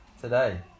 today